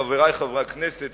חברי חברי הכנסת,